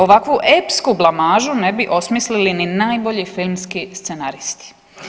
Ovakvu epsku blamažu ne bi osmislili ni najbolji filmski scenaristi.